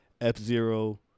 F-Zero